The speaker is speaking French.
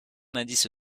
indice